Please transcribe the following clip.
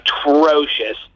atrocious